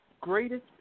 greatest